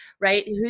right